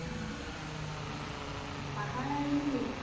অঁ হয় পাহাৰ নেকি বাৰু